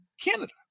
Canada